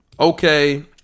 Okay